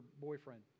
boyfriend